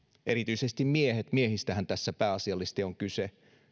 erityisesti miehet miehistähän tässä pääasiallisesti on kyse